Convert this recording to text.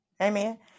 Amen